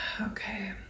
Okay